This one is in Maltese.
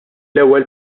ewwel